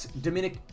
Dominic